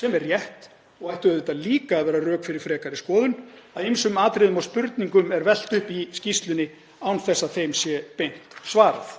sem er rétt og ætti auðvitað líka að vera rök fyrir frekari skoðun, að ýmsum atriðum og spurningum er velt upp í skýrslunni án þess að þeim sé beint svarað.